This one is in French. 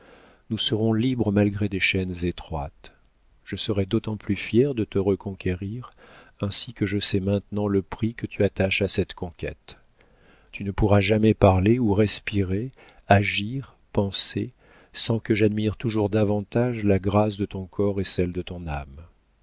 nous serons libres malgré des chaînes étroites je serai d'autant plus fier de te reconquérir ainsi que je sais maintenant le prix que tu attaches à cette conquête tu ne pourras jamais parler ou respirer agir penser sans que j'admire toujours davantage la grâce de ton corps et celle de ton âme